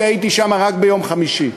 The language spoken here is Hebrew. והייתי שם רק ביום חמישי,